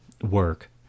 work